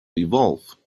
evolve